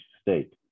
state